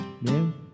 Bien